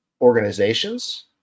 organizations